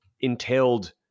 entailed